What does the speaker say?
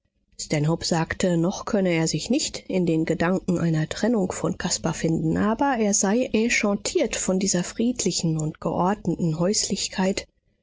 sagte noch könne er sich nicht in den gedanken einer trennung von caspar finden aber er sei enchantiert von dieser friedlichen und geordneten häuslichkeit